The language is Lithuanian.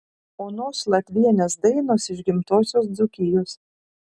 onos latvienės dainos iš gimtosios dzūkijos